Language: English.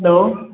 hello